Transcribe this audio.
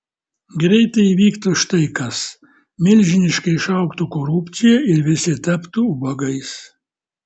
greitai įvyktų štai kas milžiniškai išaugtų korupcija ir visi taptų ubagais